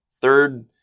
third